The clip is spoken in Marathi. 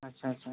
अच्छा अच्छा